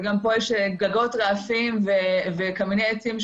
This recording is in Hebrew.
וגם פה יש גגות רעפים וקמיני עצים,